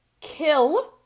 kill